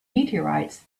meteorites